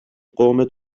قوم